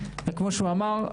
וכמו שהוא אמר,